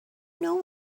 know